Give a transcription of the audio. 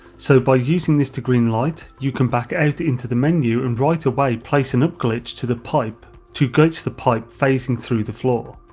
so by using this to green light, you can back out into the menu and right away place and up glitch to the pipe to glitch the pipe phasing through the floor.